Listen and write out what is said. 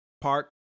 Park